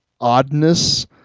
oddness